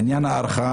בעניין ההארכה,